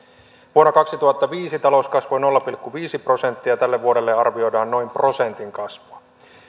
vuonna kaksituhattaviisi talous kasvoi nolla pilkku viisi prosenttia tälle vuodelle arvioidaan noin prosentin kasvua